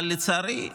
אבל לצערי,